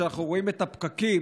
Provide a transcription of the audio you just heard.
ואנחנו רואים את הפקקים,